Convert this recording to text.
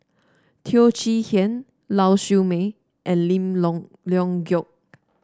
Teo Chee Hean Lau Siew Mei and Lim Long Leong Geok